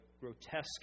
grotesque